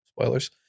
Spoilers